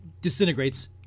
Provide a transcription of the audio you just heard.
disintegrates